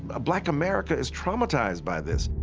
ah black america is traumatized by this.